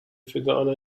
forgotten